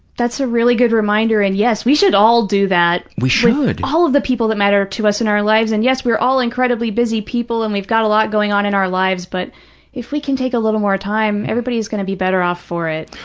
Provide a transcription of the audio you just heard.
that's a really good reminder, and yes, we should all do that paul we should. with all of the people that matter to us in our lives, and yes, we are all incredibly busy people and we've got a lot going on in our lives, but if we can take a little more time, everybody's going to be better off for it.